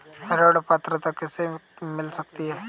ऋण पात्रता किसे किसे मिल सकती है?